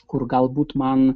kur galbūt man